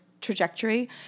trajectory